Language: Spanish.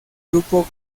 grupo